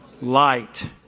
light